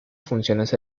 funciones